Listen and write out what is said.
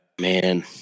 Man